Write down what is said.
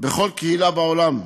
בכל קהילה בעולם.